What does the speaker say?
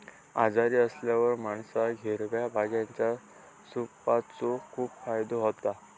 आजारी असल्यावर माणसाक हिरव्या भाज्यांच्या सूपाचो खूप फायदो होता